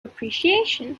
appreciation